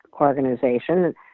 organization